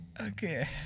Okay